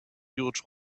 huge